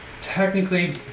technically